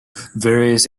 various